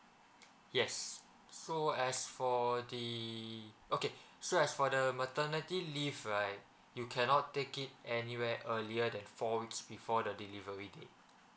yes so as for the okay so as for the maternity leave right you cannot take it anywhere earlier than four weeks before the delivery date